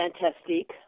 Fantastique